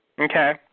Okay